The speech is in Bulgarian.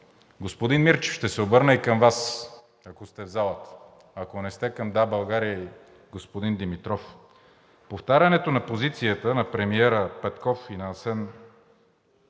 Господин Мирчев, ще се обърна и към Вас, ако сте в залата. Ако не сте, към „Да, България“ и господин Димитров. Повтарянето на позицията на премиера Петков и на Асен